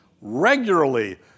regularly